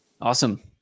Awesome